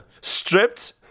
stripped